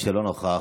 של מי שלא נכח